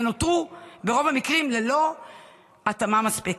ונותרו ברוב המקרים ללא התאמה מספקת.